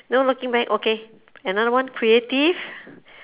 no looking back okay another one creative